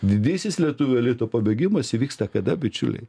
didysis lietuvių elito pabėgimas įvyksta kada bičiuliai